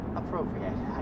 appropriate